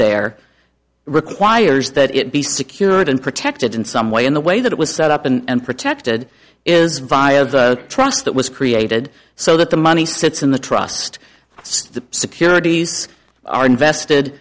there requires that it be secured and protected in some way in the way that it was set up and protected is via the trust that was created so that the money sits in the trust so the securities are invested